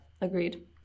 agreed